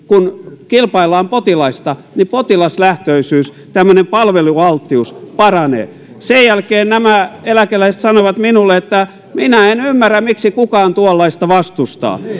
kun kilpaillaan potilaista niin potilaslähtöisyys tämmöinen palvelualttius paranee sen jälkeen nämä eläkeläiset sanoivat minulle että minä en en ymmärrä miksi kukaan tuollaista vastustaa